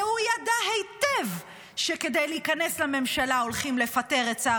והוא ידע היטב שכדי להיכנס לממשלה הולכים לפטר את שר